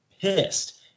pissed